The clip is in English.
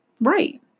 right